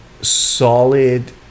solid